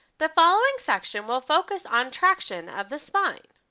the following section will focus on traction of the spine.